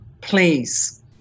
Please